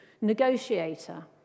negotiator